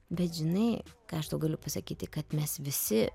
bet žinai ką aš tau galiu pasakyti kad mes visi